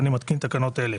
אני מתקין תקנות אלה: